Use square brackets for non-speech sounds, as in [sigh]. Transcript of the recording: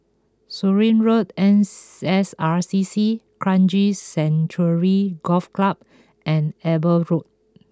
Surin Road N [hesitation] S R C C Kranji Sanctuary Golf Club and Eber Road